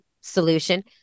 solution